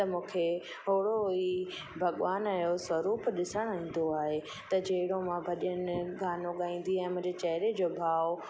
त मूंखे ओड़ो ही भॻवान जो स्वरूप ॾिसणु ईंदो आहे त जहिड़ो मां भॼन गानो गाईंदी आहियां मुंहिंजे चहरे जो भाव